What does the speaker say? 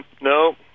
No